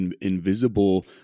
invisible